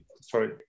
Sorry